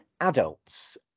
adults